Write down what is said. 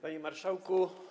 Panie Marszałku!